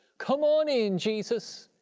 come on in, jesus!